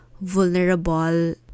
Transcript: vulnerable